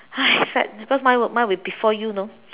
!aiya! sad because mine would mine would be before you you know